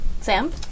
Sam